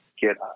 get